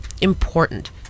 important